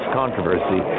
controversy